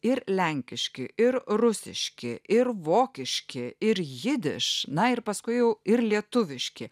ir lenkiški ir rusiški ir vokiški ir jidiš na ir paskui jau ir lietuviški